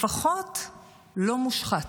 לפחות לא מושחת.